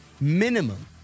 minimum